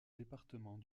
département